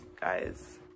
Guys